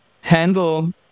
handle